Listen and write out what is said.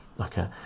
okay